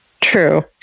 True